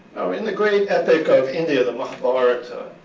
now, in the great epic of india, the mahabharata,